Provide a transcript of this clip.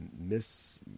miss